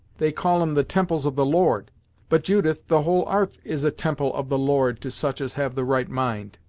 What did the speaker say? they call em the temples of the lord but, judith, the whole arth is a temple of the lord to such as have the right mind.